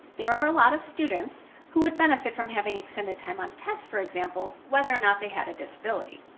there are a lot of students who would benefit from having extended time on tests, for example, whether or not they had a disability.